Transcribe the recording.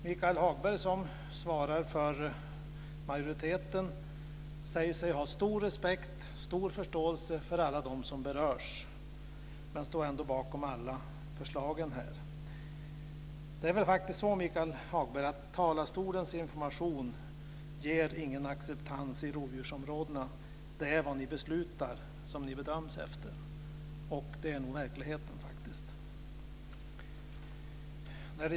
Michael Hagberg, som svarar för majoriteten, säger sig ha stor respekt och stor förståelse för alla dem som berörs, men han står ändå bakom alla förslag. Information från talarstolen ger ingen acceptans i rovdjursområdena. Ni bedöms efter vad ni beslutar. Så är verkligheten faktiskt.